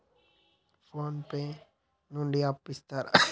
Phone pay నుండి అప్పు ఇత్తరా?